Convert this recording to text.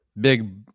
Big